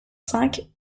cinq